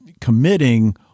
committing